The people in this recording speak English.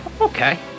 Okay